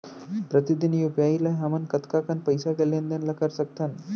प्रतिदन यू.पी.आई ले हमन कतका कन पइसा के लेन देन ल कर सकथन?